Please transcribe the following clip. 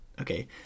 Okay